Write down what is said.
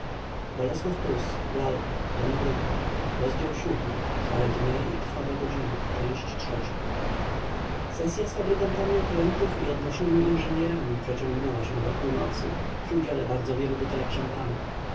się w hotelu spotkawszy po drodze znajomą już bramę st denis sesya z fabrykantami okrętów i odnośnymi inżynierami przeciągnęła się do północy przy udziale bardzo wielu butelek szampana